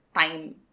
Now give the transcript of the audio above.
time